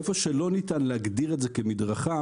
איפה שלא ניתן להגדיר את זה כמדרכה,